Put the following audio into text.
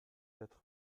quatre